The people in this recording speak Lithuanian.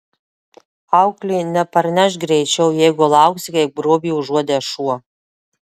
auklė neparneš greičiau jeigu lauksi kaip grobį užuodęs šuo